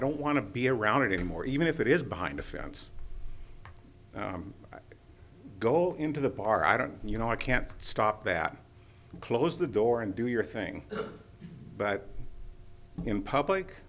don't want to be around it anymore even if it is behind a fence go into the bar i don't you know i can't stop that close the door and do your thing but in public